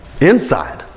inside